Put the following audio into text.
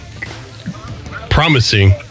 promising